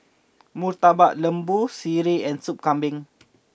Murtabak Lembu Sireh and Sup Kambing